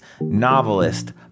novelist